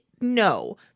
no